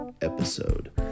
episode